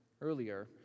earlier